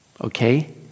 okay